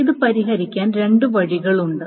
അത് പരിഹരിക്കാൻ രണ്ട് വഴികളുണ്ട്